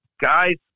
guys